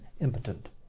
impotent